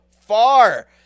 far